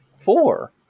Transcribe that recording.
four